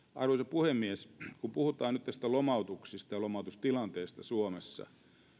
puhemies kun puhutaan nyt näistä lomautuksista ja lomautustilanteesta suomessa